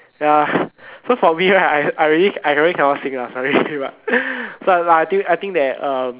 ya so for me right I I really I really cannot sing lah sorry but but I think I think that uh